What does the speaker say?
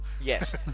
Yes